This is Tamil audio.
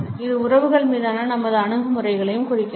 இது உறவுகள் மீதான நமது அணுகுமுறைகளையும் குறிக்கிறது